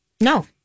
No